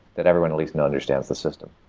that everyone at least and understands the system,